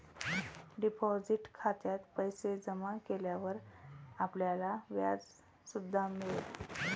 deposit खात्यात पैसे जमा केल्यावर आपल्याला व्याज सुद्धा मिळेल